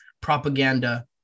propaganda